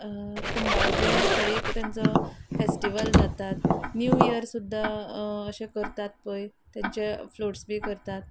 कुंबार जुव्या थंय एक तांचो फेस्टिवल जातात न्यू इयर सुद्दां अशें करतात पळय तेंचे फ्लॉट्स बी करतात